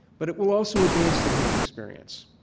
but it will also advance the human experience.